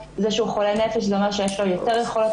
זה שהוא חולה נפש זה אומר שיש לו יותר יכולות